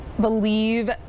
believe